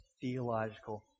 theological